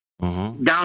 down